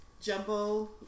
jumbo